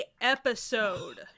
episode